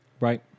Right